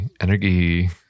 energy